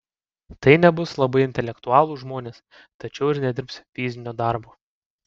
tai nebus labai intelektualūs žmonės tačiau ir nedirbs fizinio darbo